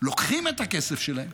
לוקחים את הכסף שלהם